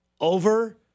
over